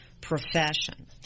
profession